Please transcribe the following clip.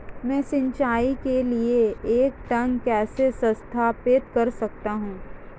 मैं सिंचाई के लिए एक टैंक कैसे स्थापित कर सकता हूँ?